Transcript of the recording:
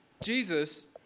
Jesus